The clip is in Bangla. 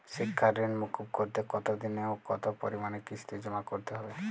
শিক্ষার ঋণ মুকুব করতে কতোদিনে ও কতো পরিমাণে কিস্তি জমা করতে হবে?